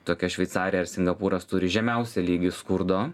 tokia šveicarija ar singapūras turi žemiausią lygį skurdo